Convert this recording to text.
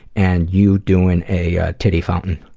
and you doing a ah titty fountain.